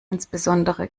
insbesondere